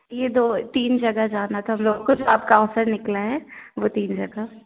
ये दो तीन जगह जाना था हमलोग को सब काउ सर निकले हैं वो तीन जगह